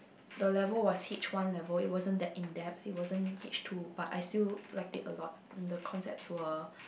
the level was H one level it wasn't that in depth it wasn't H two but I still liked it a lot the concepts were